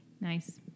Nice